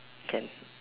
can